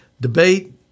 Debate